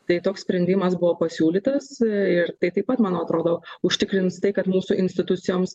tai toks sprendimas buvo pasiūlytas ir tai taip pat manau atrodo užtikrins tai kad mūsų institucijoms